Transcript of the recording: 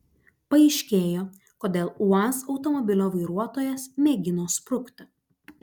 paaiškėjo kodėl uaz automobilio vairuotojas mėgino sprukti